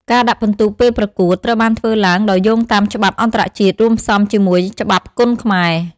ការដាក់ពិន្ទុពេលប្រកួត ត្រូវបានធ្វើឡើងដោយយោងតាមច្បាប់អន្តរជាតិរួមផ្សំជាមួយច្បាប់គុនខ្មែរ។